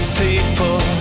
people